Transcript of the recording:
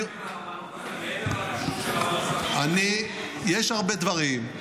--- מעבר לכשרות --- יש הרבה דברים,